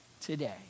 today